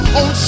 on